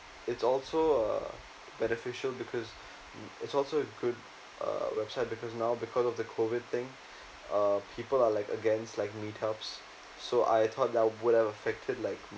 it's also uh beneficial because it's also you could uh website because now because of the COVID thing uh people are like against like meetups so I thought there would have affected like